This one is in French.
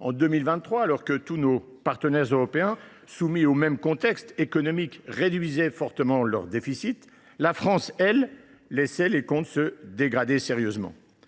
En 2023, alors que tous nos partenaires européens, soumis au même contexte économique, réduisaient fortement leur déficit, la France, elle, laissait ses comptes se dégrader sérieusement